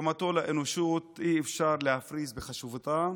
תרומתו לאנושות, אי-אפשר להפריז בחשיבותה.